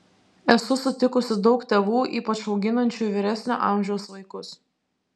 esu sutikusi daug tėvų ypač auginančių vyresnio amžiaus vaikus